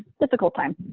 difficult time.